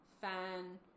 fan